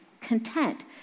content